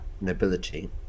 nobility